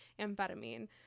amphetamine